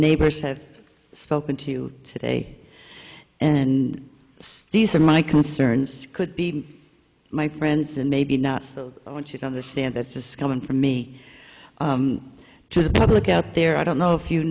neighbors have spoken to today and these are my concerns could be my friends and maybe not so i want you to understand this is coming from me to the public out there i don't know if you